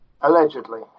Allegedly